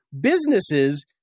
businesses